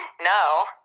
No